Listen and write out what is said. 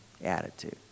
attitude